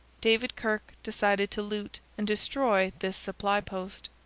david kirke decided to loot and destroy this supply-post.